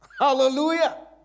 hallelujah